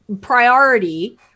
priority